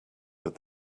but